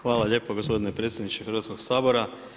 Hvala lijepa gospodine predsjedniče Hrvatskog sabora.